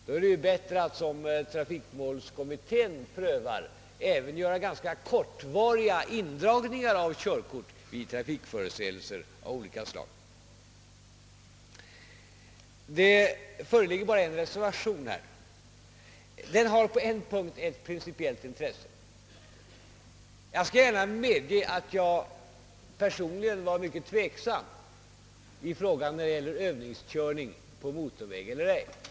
Då är det bättre att, som trafikmålskommittén prövar rimligt, även företa ganska kortvariga indragningar av körkort vid trafikförseelser av olika slag. Här föreligger bara en reservation. Den har på en punkt ett principiellt intresse. Jag medger gärna att jag personligen var mycket tveksam i frågan om övningskörning på motorväg skall tillåtas eller ej.